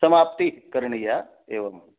समाप्ति करणीया एवम्